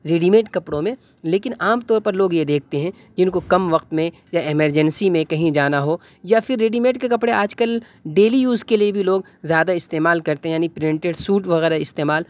ready made کپڑوں میں لیکن عام طور پر لوگ یہ دیکھتے ہیں جن کو کم وقت میں یا ایمرجنسی میں کہیں جانا ہو یا پھر ریڈی میڈ کے کپڑے آج کل ڈیلی یوز کے لیے بھی لوگ زیادہ استعمال کرتے ہیں یعنی پرنٹیڈ سوٹ وغیرہ استعمال